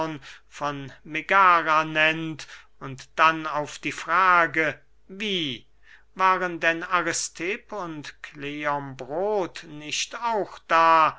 von megara nennt und dann auf die frage wie waren denn aristipp und kleombrot nicht auch da